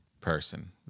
person